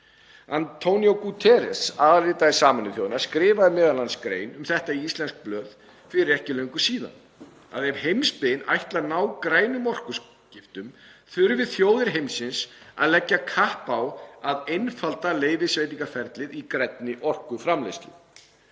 António Guterres, aðalritari Sameinuðu þjóðanna, skrifaði m.a. grein um þetta í íslensk blöð fyrir ekki löngu síðan, að ef heimsbyggðin ætli að ná grænum orkuskiptum þurfi þjóðir heimsins að leggja kapp á að einfalda leyfisveitingaferlið í grænni orkuframleiðslu.